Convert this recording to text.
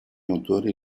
autori